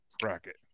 bracket